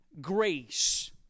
grace